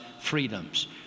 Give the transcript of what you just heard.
freedoms